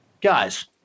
guys